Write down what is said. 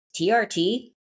TRT